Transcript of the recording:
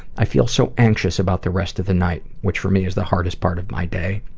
i feel so anxious about the rest of the night, which for me is the hardest part of my day,